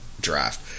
Draft